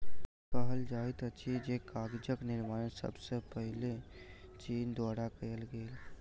कहल जाइत अछि जे कागजक निर्माण सब सॅ पहिने चीन द्वारा कयल गेल